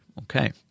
Okay